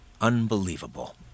Unbelievable